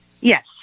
Yes